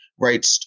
right